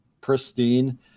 pristine